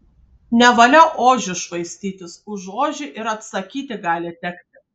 nevalia ožiu švaistytis už ožį ir atsakyti gali tekti